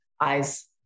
eyes